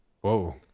Whoa